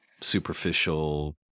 superficial